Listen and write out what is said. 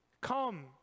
come